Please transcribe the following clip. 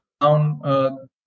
down